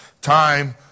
time